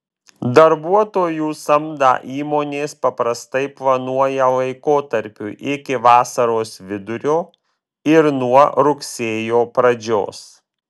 darbuotojų samdą įmonės paprastai planuoja laikotarpiui iki vasaros vidurio ir nuo rugsėjo pradžios